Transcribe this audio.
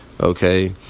okay